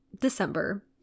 December